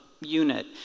unit